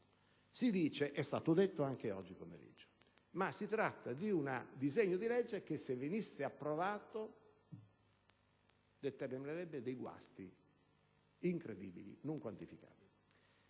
Si dice - è stato detto anche oggi pomeriggio - che il disegno di legge, se venisse approvato, determinerebbe dei guasti incredibili e non quantificabili.